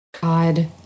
God